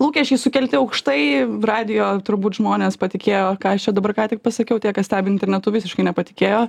lūkesčiai sukelti aukštai radijo turbūt žmonės patikėjo ką aš čia dabar ką tik pasakiau tie kas stebi internetu visiškai nepatikėjo